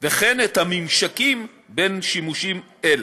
וכן את הממשקים בין שימושים אלה.